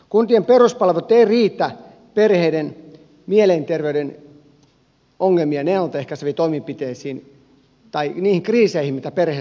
kuntien peruspalvelut eivät riitä perheiden mielenterveyden ongelmien ennalta ehkäiseviin toimenpiteisiin tai niihin kriiseihin mitä perheissä esiintyy